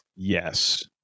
Yes